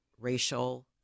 Racial